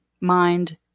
mind